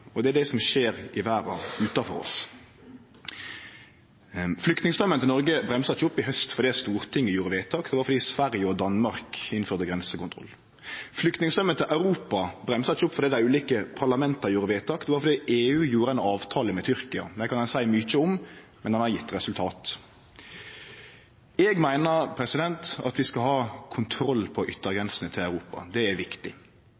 og det er det som skjer i verda utanfor oss. Flyktningstraumen til Noreg bremsa ikkje opp i haust fordi at Stortinget gjorde vedtak, det var fordi Sverige og Danmark innførte grensekontroll. Flyktningstraumen til Europa bremsa ikkje opp fordi dei ulike parlamenta gjorde vedtak, det var fordi at EU gjorde ein avtale med Tyrkia, og han kan ein seie mykje om, men han har gjeve resultat. Eg meiner at vi skal ha kontroll på yttergrensene til Europa, det er viktig,